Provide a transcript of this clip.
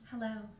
Hello